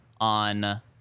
on